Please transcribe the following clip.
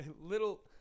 Little